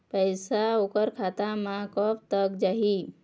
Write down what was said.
पैसा ओकर खाता म कब तक जाही?